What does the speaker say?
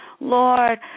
Lord